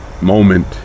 moment